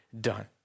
done